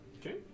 Okay